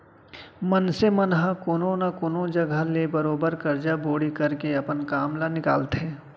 मनसे मन ह कोनो न कोनो जघा ले बरोबर करजा बोड़ी करके अपन काम ल निकालथे